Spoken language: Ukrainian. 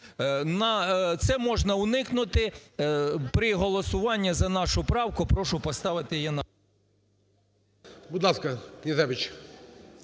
це можна уникнути при голосуванні за нашу правку.